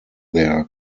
their